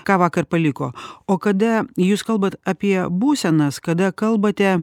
ką vakar paliko o kada jūs kalbat apie būsenas kada kalbate